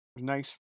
nice